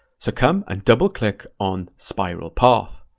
so come and double click on spiral path.